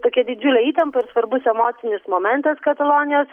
tokia didžiulė įtampa ir svarbus emocinis momentas katalonijos